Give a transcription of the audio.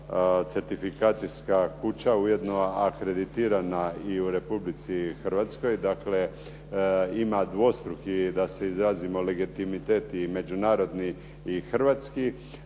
certifikacijska kuća, u jedno akreditirana i u Republici Hrvatskoj, dakle ima dvostruki da se izrazimo legitimitet i međunarodni i hrvatski,